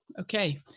okay